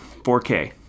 4K